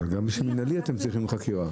אבל גם בשביל מנהלי אתם צריכים חקירה.